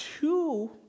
two